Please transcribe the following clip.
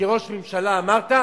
כראש ממשלה אמרת: